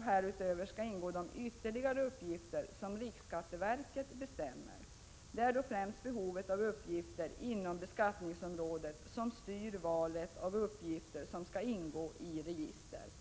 Härutöver skall ingå de ytterligare uppgifter som riksskatteverket bestämmer. Det är då främst behovet av uppgifter inom beskattningsområdet som styr valet av uppgifter som skall ingå i registret.